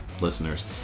listeners